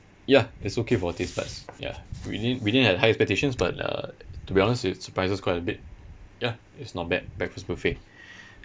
ya it's okay for our taste buds ya we didn't didn't have high expectations but uh to be honest it surprised us quite a bit ya it's not bad breakfast buffet